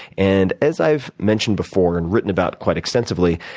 and as i've mentioned before and written about quite extensively,